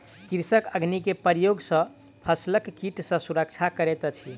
कृषक अग्नि के प्रयोग सॅ फसिलक कीट सॅ सुरक्षा करैत अछि